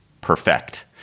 perfect